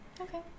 Okay